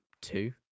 Two